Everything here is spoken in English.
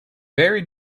very